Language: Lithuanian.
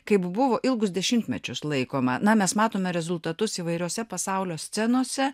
kaip buvo ilgus dešimtmečius laikoma na mes matome rezultatus įvairiose pasaulio scenose